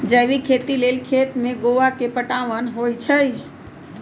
जैविक खेती लेल खेत में गोआ के पटाओंन होई छै